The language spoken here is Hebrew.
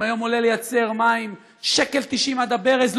אם היום עולה לייצר מים 1.90 שקל עד הברז,